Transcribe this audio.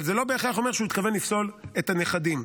אבל זה לא בהכרח אומר שהוא התכוון לפסול את הנכדים.